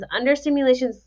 Understimulations